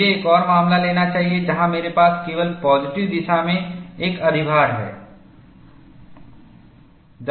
मुझे एक और मामला लेना चाहिए जहां मेरे पास केवल पॉजिटिव दिशा में एक अधिभार है